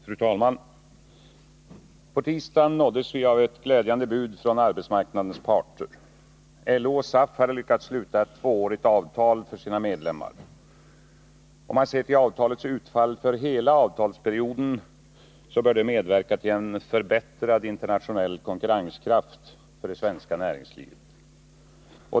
Fru talman! På tisdagen nåddes vi av ett glädjande bud från arbetsmarknadens parter. LO och SAF hade lyckats sluta ett tvåårigt avtal för sina medlemmar. Om man ser till avtalets utfall för hela avtalsperioden bör det medverka till en förbättrad internationell konkurrenskraft för det svenska näringslivet.